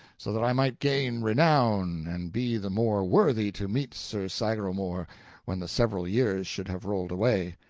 so that i might gain renown and be the more worthy to meet sir sagramor when the several years should have rolled away.